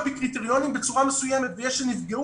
פי קריטריונים בצורה מסוימת ויש שנפגעו,